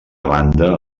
banda